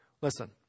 Listen